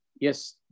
Yes